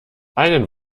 einen